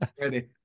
ready